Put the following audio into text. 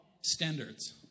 Standards